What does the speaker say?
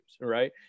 right